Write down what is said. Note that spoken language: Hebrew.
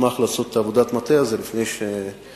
נשמח לעשות את עבודת המטה הזאת לפני שנוכל